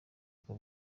kuko